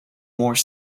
more